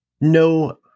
no